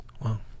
Wow